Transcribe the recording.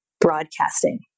broadcasting